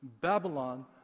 Babylon